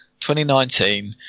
2019